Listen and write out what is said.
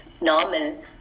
normal